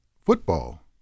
football